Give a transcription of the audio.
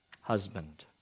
husband